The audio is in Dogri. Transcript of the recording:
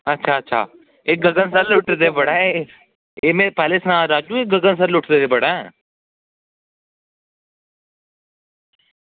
अच्छा अच्छा गगन सर लुट्टदे बड़ा ऐ एह् में पैह्लें सनाया राजू एह् लुट्टदे बड़ा ऐ